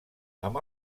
amb